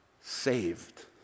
saved